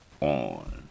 On